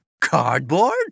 Cardboard